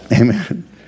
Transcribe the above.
Amen